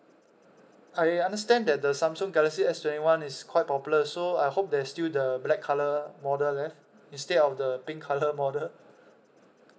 I understand that the samsung galaxy S twenty one is quite popular so I hope there's still the black colour model left instead of the pink colour model